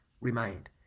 remained